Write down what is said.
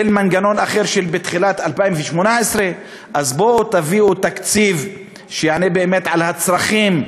של מנגנון אחר לתחילת 2018. אז בואו תביאו תקציב שיענה באמת על הצרכים,